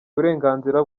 uburenganzira